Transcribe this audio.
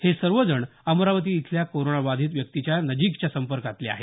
हे सर्वजण अमरावती इथल्या कोरोना बाधित व्यक्तीच्या नजीकच्या संपर्कातले आहेत